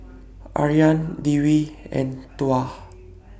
Aryan Dwi and Tuah